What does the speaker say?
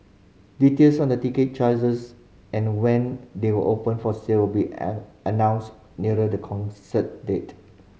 details on the ticket charges and when they will open for sale be an announced nearer the concert date